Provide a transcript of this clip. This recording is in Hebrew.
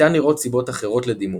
ניתן לראות סיבות אחרות לדימום,